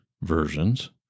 versions